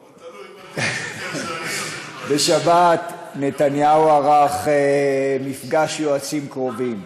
תלוי, בשבת נתניהו ערך מפגש יועצים קרובים.